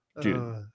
Dude